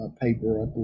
paper